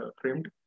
framed